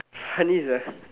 funny sia